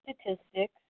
statistics